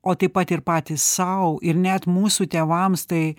o taip pat ir patys sau ir net mūsų tėvams tai